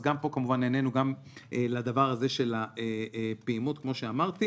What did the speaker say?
אז גם פה נענינו לדבר הזה של הפעימות, כמו שאמרתי.